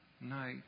night